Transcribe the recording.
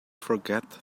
forget